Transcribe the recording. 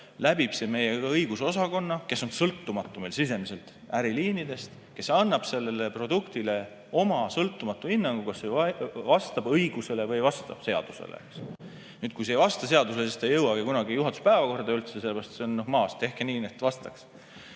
läbib see meie õigusosakonna, kes on sõltumatu meil sisemiselt äriliinidest, ja annab sellele produktile oma sõltumatu hinnangu, kas see vastab õigusele, vastab seadusele. Kui see ei vasta seadusele, siis see ei jõuagi kunagi juhatuse päevakorda, sellepärast et see on maas: tehke nii, et vastaks.